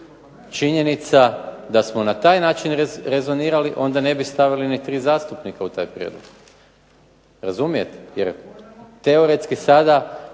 Činjenica da smo na taj način rezonirali, onda ne bi stavili ni tri zastupnika u taj prijedlog. Razumijete? Jer teoretski sada